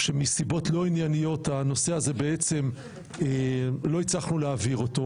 כשמסיבות לא ענייניות לא הצלחנו להעביר את הנושא הזה.